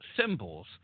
symbols